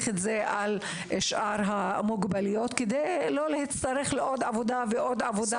את זה על שאר המוגבלות כדי שלא יהיה צורך בעוד ועוד עבודה